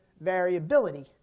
variability